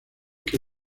que